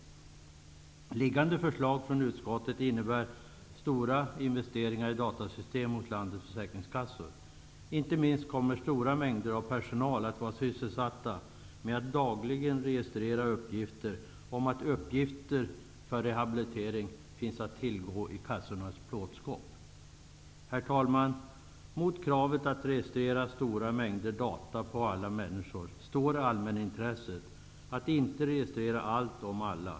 Föreliggande förslag från utskottet innebär stora investeringar i datasystem åt landets försäkringskassor. Stora mängder av personal kommer att vara sysselsatt med att dagligen registrera uppgifter om att uppgifter för rehabilitering finns att tillgå i kassornas plåtskåp. Herr talman! Mot kravet att registrera stora mängder data om alla människor står allmänintresset att inte registrera allt om alla.